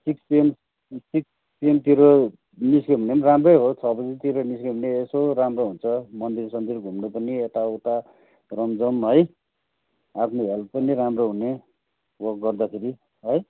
six PM six पिएमतिर निस्क्यो भने पनि राम्रै हो छ बजीतिर निस्क्यो भने यसो राम्रो हुन्छ मन्दिर सन्दिर घुम्नु पनि यताउता रमझम है आफ्नो हेल्थ पनि राम्रो हुने वक गर्दाखेरि है